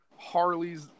Harley's